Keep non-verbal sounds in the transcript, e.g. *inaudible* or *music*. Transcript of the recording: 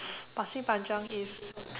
*noise* Pasir Panjang is